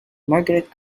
margaret